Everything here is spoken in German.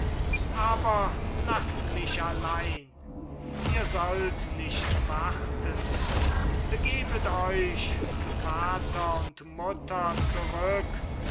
aber laßt mich allein ihr sollt nicht warten begebet euch zu vater und mutter zurück